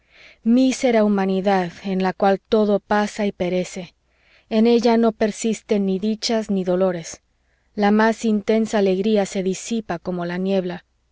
mísera humanidad en la cual todo pasa y perece en ella no persisten ni dichas ni dolores la más intensa alegría se disipa como la niebla